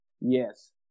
yes